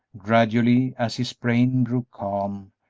gradually, as his brain grew calm,